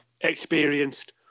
experienced